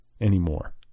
anymore